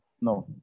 No